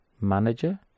Manager